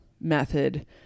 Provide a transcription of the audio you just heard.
method